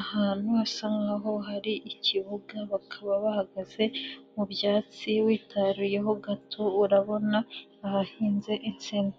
ahantu hasa nkaho hari ikibuga, bakaba bahagaze mu byatsi witaruyeho gato urabona ahahinze insina.